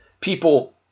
people